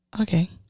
Okay